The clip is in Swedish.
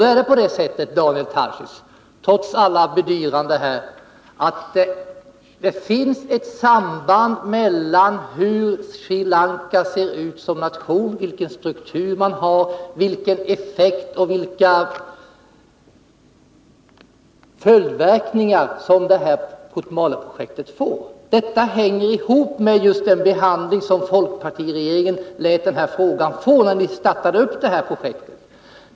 Det är alltså på det sättet, Daniel Tarschys, trots alla bedyranden, att det finns ett samband mellan hur Sri Lanka ser ut som nation, vilken struktur landet har, och vilka följdverkningar Kotmaleprojektet får. Detta hänger ihop med den behandling som folkpartiregeringen lät frågan få när ni startade projektet.